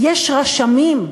יש רשמים,